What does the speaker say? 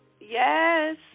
Yes